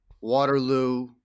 Waterloo